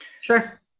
Sure